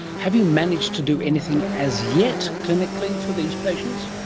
have you managed to do anything as yet clinically for these patients?